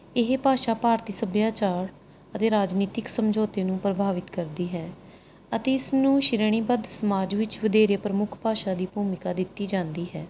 ਇਹ ਭਾਸ਼ਾ ਭਾਰਤੀ ਸੱਭਿਆਚਾਰ ਅਤੇ ਰਾਜਨੀਤਿਕ ਸਮਝੌਤੇ ਨੂੰ ਪ੍ਰਭਾਵਿਤ ਕਰਦੀ ਹੈ ਅਤੇ ਇਸ ਨੂੰ ਸ਼੍ਰੇਣੀਬੱਧ ਸਮਾਜ ਵਿੱਚ ਵਧੇਰੇ ਪ੍ਰਮੁੱਖ ਭਾਸ਼ਾ ਦੀ ਭੂਮਿਕਾ ਦਿੱਤੀ ਜਾਂਦੀ ਹੈ